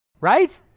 Right